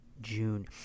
June